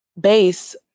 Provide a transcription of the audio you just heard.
base